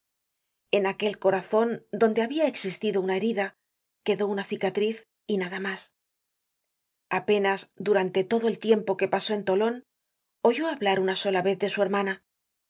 en aquel corazon donde habia existido una herida quedó una cicatriz y nada mas apenas durante todo el tiempo que pasó en tolon oyó hablar una sola vez de su hermana